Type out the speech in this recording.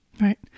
Right